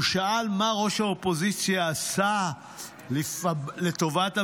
הוא שאל: מה ראש האופוזיציה עשה לטובת המלחמה?